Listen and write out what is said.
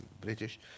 British